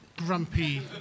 grumpy